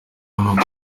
amakuru